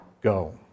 go